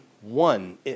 one